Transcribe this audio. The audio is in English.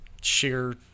sheer